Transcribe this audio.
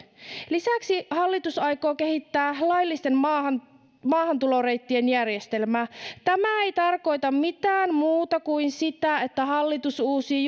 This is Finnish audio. lisäksi hallitus aikoo kehittää laillisten maahantuloreittien järjestelmää tämä ei tarkoita mitään muuta kuin sitä että hallitus uusii